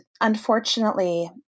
unfortunately